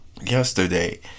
yesterday